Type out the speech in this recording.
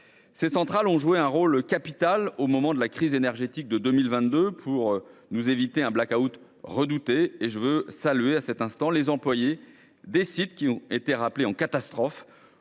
Ces centrales ont joué un rôle capital au moment de la crise énergétique de 2022, en nous évitant un blackout redouté. À cet égard, je veux saluer les employés des sites, qui ont été rappelés en catastrophe